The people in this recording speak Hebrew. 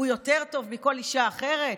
הוא יותר טוב מכל אישה אחרת?